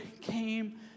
came